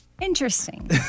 Interesting